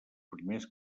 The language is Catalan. primers